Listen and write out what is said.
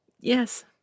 Yes